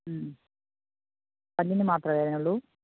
പല്ലിന് മാത്രമേ വേദന ഉള്ളു